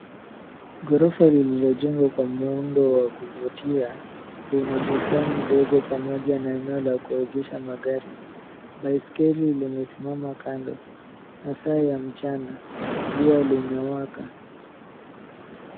Ghorofa lililojengwa kwa muundo wa kuvutia lina bustani ndogo pamoja na eneo la kuegesha magari. Baiskeli limesimama kando, masaa ya mchana, jua limewaka.